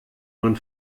man